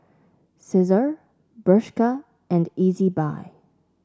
Cesar Bershka and Ezbuy